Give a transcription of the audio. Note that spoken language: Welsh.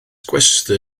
gwesty